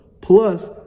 plus